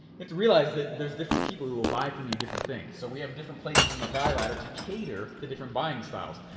realize that there's different people who will buy from you different things. so we have different places in the value ladder to cater to different buying styles.